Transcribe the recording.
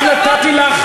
אני רק נתתי לך,